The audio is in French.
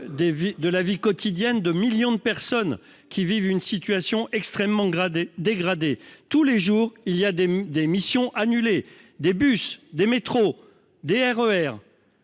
de la vie quotidienne de millions de personnes, qui vivent une situation extrêmement dégradée. Tous les jours, des missions, des bus, des métros, des RER